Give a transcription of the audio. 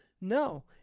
No